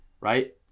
right